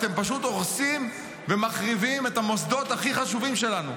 אתם פשוט הורסים ומחריבים את המוסדות הכי חשובים שלנו.